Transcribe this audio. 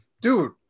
dude